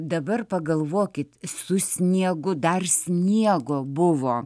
dabar pagalvokit su sniegu dar sniego buvo